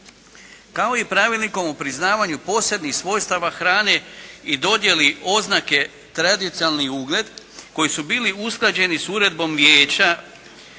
kao i Pravilnikom o priznavanju posebnih svojstava hrane i dodjeli oznake tradicionalni ugled koji su bili usklađeni s uredbom Vijeća